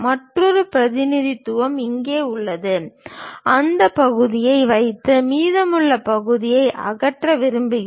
மற்றொரு பிரதிநிதித்துவம் இங்கே உள்ளது அந்த பகுதியை வைத்து மீதமுள்ள பகுதியை அகற்ற விரும்புகிறோம்